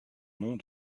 nom